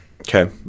Okay